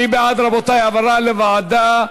מי בעד, רבותי, העברה לוועדה?